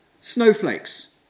snowflakes